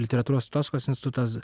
literatūros tautosakos institutas